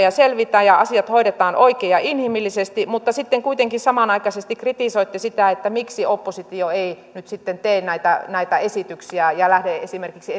ja selvitään ja asiat hoidetaan oikein ja inhimillisesti mutta sitten kuitenkin samanaikaisesti kritisoitte sitä miksi oppositio ei nyt sitten tee näitä näitä esityksiä ja lähde esimerkiksi